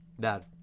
Dad